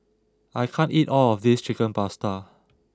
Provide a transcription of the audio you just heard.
I can't eat all of this Chicken Pasta